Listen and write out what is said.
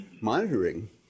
monitoring